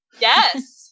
yes